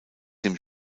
dem